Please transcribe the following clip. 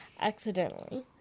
accidentally